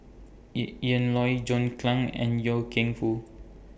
Ian Loy John Clang and Loy Keng Foo